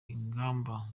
ingamba